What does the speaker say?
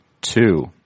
Two